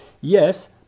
Yes